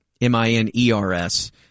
m-i-n-e-r-s